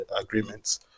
agreements